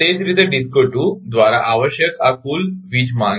તે જ રીતે ડિસ્કો 2 દ્વારા આવશ્યક આ કુલ વીજ માંગ છે